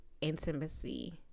intimacy